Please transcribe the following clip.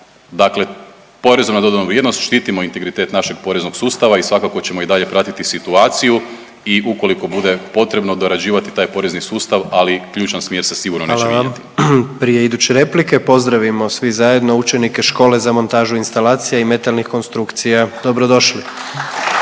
Dakle, porezom na dodanu vrijednost štitimo integritet našeg poreznog sustava i svakako ćemo i dalje pratiti situaciju i ukoliko bude potrebno dorađivati taj porezni sustav, ali ključan smjer se sigurno neće vidjeti. **Jandroković, Gordan (HDZ)** Hvala vam. Prije iduće replike pozdravimo svi zajedno učenike Škole za montažu instalacija i metalnih konstrukcija. Dobrodošli.